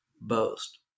boast